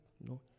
No